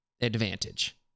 advantage